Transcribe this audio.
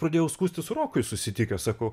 pradėjau skųstis rokui susitikęs sakau